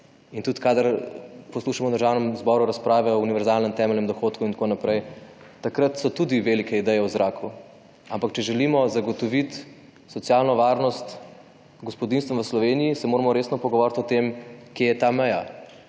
In tudi kadar poslušamo v Državnem zboru razprave o univerzalnem temeljnem dohodku in tako naprej takrat so tudi velike ideje v zraku. Ampak če želimo zagotoviti socialno varnost gospodinjstvom v Sloveniji se moramo resno pogovoriti o tem kje je ta meja.